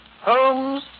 Holmes